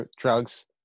drugs